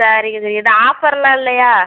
சரிங்க இது எதுவும் ஆஃபர்லாம் இல்லையா